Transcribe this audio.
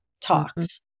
talks